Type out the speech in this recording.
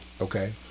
Okay